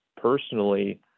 personally